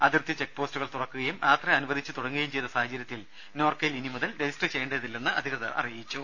അതിർത്തി ചെക്ക് പോസ്റ്റുകൾ തുറക്കുകയും യാത്ര അനുവദിച്ചു തുടങ്ങുകയും ചെയ്ത സാഹചര്യത്തിൽ നോർക്കയിൽ ഇനി മുതൽ രജിസ്റ്റർ ചെയ്യേണ്ടതില്ലെന്ന് അധികൃതർ അറിയിച്ചു